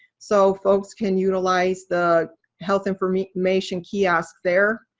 so folks can utilize the health information kiosk there.